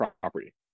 property